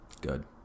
Good